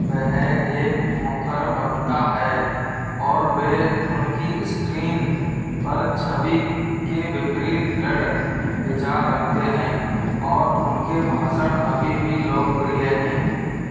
वह एक मुखर वक्ता है और वे उनकी स्क्रीन पर छवि के विपरीत द्रढ़ विचार रखते हैं और उनके भाषा अभी भी लोकप्रिय हैं